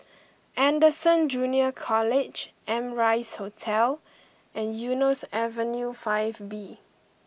Anderson Junior College Amrise Hotel and Eunos Avenue Five B